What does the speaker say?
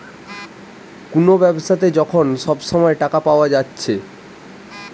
কুনো ব্যাবসাতে যখন সব সময় টাকা পায়া যাচ্ছে